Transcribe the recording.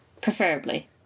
preferably